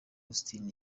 austin